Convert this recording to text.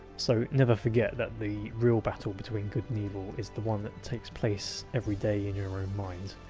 so never forget that the real battle between good and evil is the one that takes place every day in your own mind.